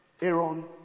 Aaron